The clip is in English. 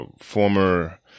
former